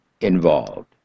involved